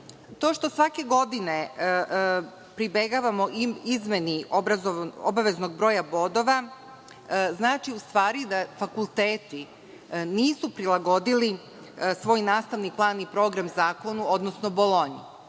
To što svake godine pribegavamo izmeni obaveznog broja bodova znači da fakulteti nisu prilagodili svoj naslovni plan i program zakonu, odnosno Bolonji.